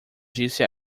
disse